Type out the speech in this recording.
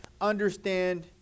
understand